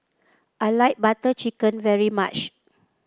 I like Butter Chicken very much